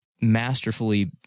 masterfully